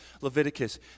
Leviticus